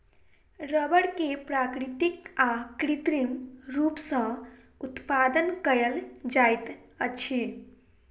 रबड़ के प्राकृतिक आ कृत्रिम रूप सॅ उत्पादन कयल जाइत अछि